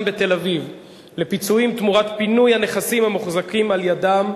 בתל-אביב לפיצויים תמורת פינוי הנכסים המוחזקים על-ידיהם,